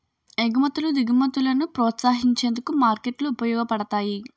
ఎగుమతులు దిగుమతులను ప్రోత్సహించేందుకు మార్కెట్లు ఉపయోగపడతాయి